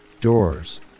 Doors